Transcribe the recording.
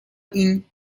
این